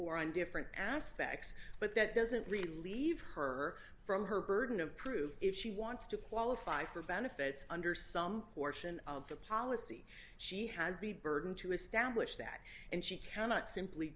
or on different aspects but that doesn't relieve her from her burden of proof if she wants to qualify for benefits under some portion of the policy she has the burden to establish that and she cannot simply